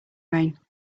rain